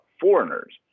foreigners